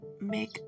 make